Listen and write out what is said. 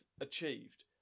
achieved